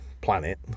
planet